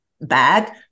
bad